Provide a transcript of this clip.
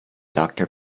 doctor